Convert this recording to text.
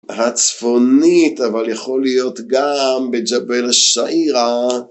הצפונית אבל יכול להיות גם בג'בל השעירה